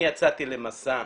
אני יצאתי למסע,